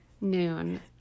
noon